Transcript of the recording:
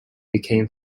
became